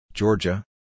Georgia